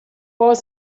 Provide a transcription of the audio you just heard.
was